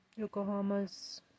Yokohama's